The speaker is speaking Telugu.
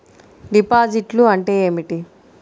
డిపాజిట్లు అంటే ఏమిటి?